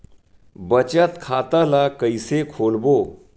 बचत खता ल कइसे खोलबों?